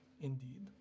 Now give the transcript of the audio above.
Indeed